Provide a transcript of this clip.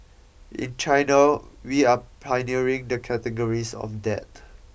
in China we are pioneering the categories of that